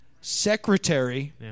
Secretary